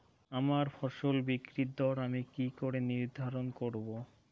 আমার ফসল বিক্রির দর আমি কি করে নির্ধারন করব?